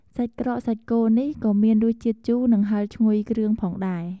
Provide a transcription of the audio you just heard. សាច់ក្រកសាច់គោនេះ ក៏មានរសជាតិជូរ និងហឹរឈ្ងុយគ្រឿងផងដែរ។